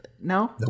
No